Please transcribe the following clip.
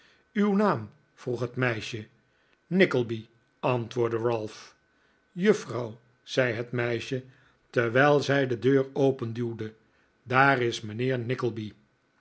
uw naam vroeg het meisje nickleby antwoordde ralph juffrouw zei het meisje terwijl zij de deur openduwde daar is mijnheer